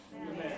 Amen